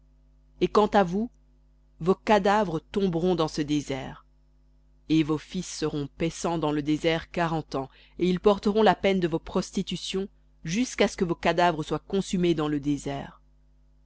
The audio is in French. et quant à vous vos cadavres tomberont dans ce désert et vos fils seront paissant dans le désert quarante ans et ils porteront vos prostitutions jusqu'à ce que vos cadavres soient consumés dans le désert